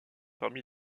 parmi